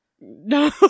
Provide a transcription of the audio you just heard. No